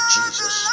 Jesus